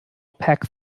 packed